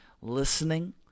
listening